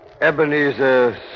Ebenezer